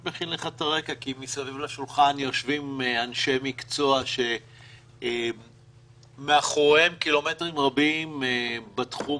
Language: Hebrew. מסביב לשולחן יושבים אנשי מקצוע שמאחוריהם קילומטרים רבים בתחום